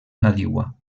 nadiua